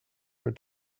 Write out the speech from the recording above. her